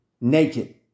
naked